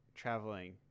traveling